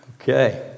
Okay